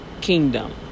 kingdom